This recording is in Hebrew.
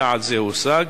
האם יעד זה הושג?